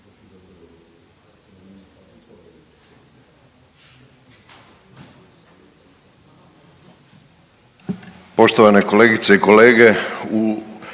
Poštovani kolega vaš kolega